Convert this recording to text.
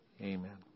Amen